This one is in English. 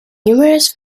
numerous